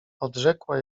odrzekła